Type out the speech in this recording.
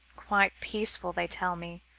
quite peaceful, they tell me,